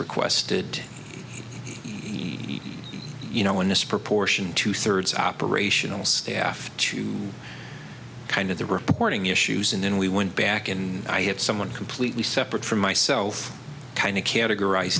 requested you know in this proportion two thirds operational staff to kind of the reporting issues and then we went back and i have someone completely separate from myself kind of categorize